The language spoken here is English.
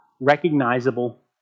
recognizable